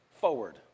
forward